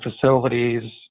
facilities